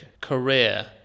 career